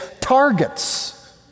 targets